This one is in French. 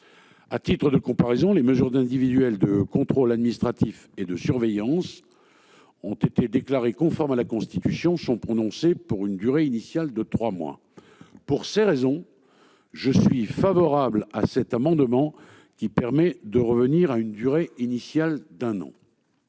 À titre de comparaison, les mesures individuelles de contrôle administratif et de surveillance, qui ont été déclarées conformes à la Constitution, sont prononcées pour une durée initiale de trois mois. Pour ces raisons, je suis favorable à cet amendement. La parole est à M. Jean-Yves